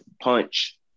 punch